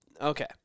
Okay